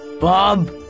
Bob